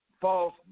false